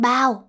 Bao